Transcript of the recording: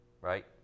right